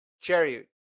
chariot